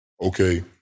Okay